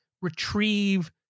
retrieve